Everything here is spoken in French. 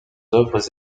œuvres